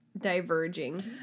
diverging